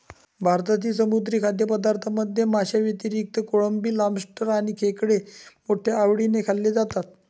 भारतातील समुद्री खाद्यपदार्थांमध्ये माशांव्यतिरिक्त कोळंबी, लॉबस्टर आणि खेकडे मोठ्या आवडीने खाल्ले जातात